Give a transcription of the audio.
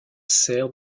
sert